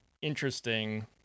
interesting